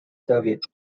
soviet